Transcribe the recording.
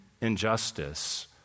injustice